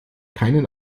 keinen